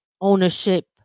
Ownership